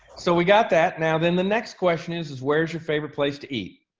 so we got that now then the next question is is where is your favorite place to eat?